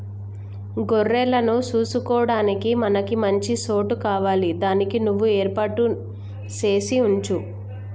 గొర్రెలను సూసుకొడానికి మనకి మంచి సోటు కావాలి దానికి నువ్వు ఏర్పాటు సేసి వుంచు